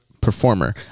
performer